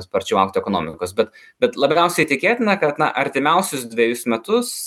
sparčiau augti ekonomikos bet bet labiausiai tikėtina kad na artimiausius dvejus metus